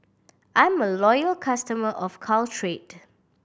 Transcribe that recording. I am a loyal customer of Caltrate